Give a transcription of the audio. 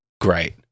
great